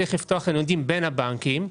צריך לפתוח לניודים בין הבנקים,